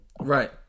right